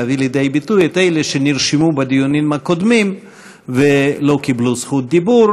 להביא לידי ביטוי את אלה שנרשמו בדיונים הקודמים ולא קיבלו רשות דיבור,